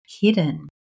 hidden